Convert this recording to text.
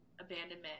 abandonment